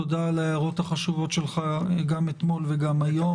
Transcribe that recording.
תודה על ההערות החשובות שלך גם אתמול וגם היום.